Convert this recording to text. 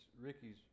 Ricky's